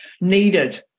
needed